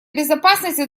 безопасности